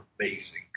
amazing